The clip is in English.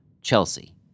chelsea